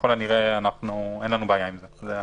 ככל הנראה אין לנו בעיה עם זה.